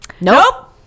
Nope